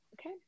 Okay